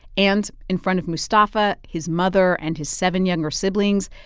and in front of mustafa, his mother and his seven younger siblings,